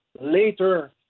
later